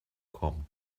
kommt